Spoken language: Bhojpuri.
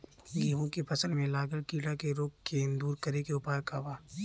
गेहूँ के फसल में लागल कीड़ा के रोग के दूर करे के उपाय का बा?